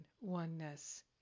oneness